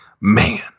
man